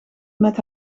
met